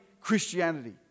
Christianity